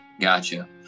gotcha